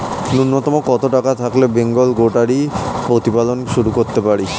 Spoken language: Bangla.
নূন্যতম কত টাকা থাকলে বেঙ্গল গোটারি প্রতিপালন শুরু করতে পারি?